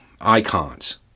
icons